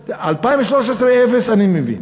2013, אפס, אני מבין.